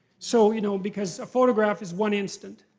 so you know because a photograph is one instant.